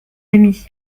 ami